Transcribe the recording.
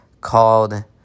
called